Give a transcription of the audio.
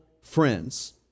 friends